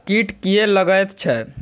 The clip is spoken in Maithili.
कीट किये लगैत छै?